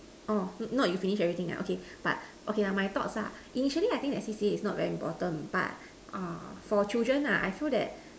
orh not you finish everything ah okay but okay lah my thoughts ah initially I think that C_C_A is not very important but uh for children lah I feel that